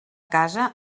casa